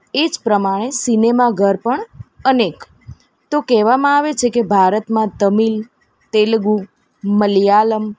એ જ પ્રમાણે સિનેમાઘર પણ અનેક તો કહેવામાં આવે છે કે ભારતમાં તમિલ તેલુગુ મલયાલમ